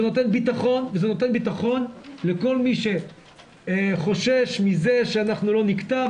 זה נותן בטחון לכל מי שחושש מזה שאנחנו לא נקטע.